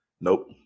Nope